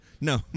No